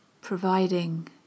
providing